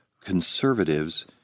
conservatives